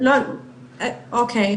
אוקי,